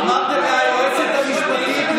אמרתם ליועצת המשפטית,